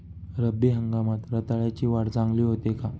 रब्बी हंगामात रताळ्याची वाढ चांगली होते का?